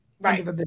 Right